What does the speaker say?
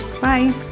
Bye